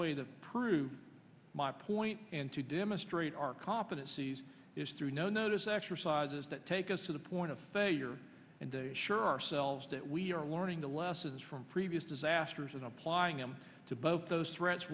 way to prove my point and to demonstrate our competencies is through no notice exercises that take us to the point of failure and sure ourselves that we are learning the lessons from previous disasters and applying them to both those threats